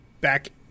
back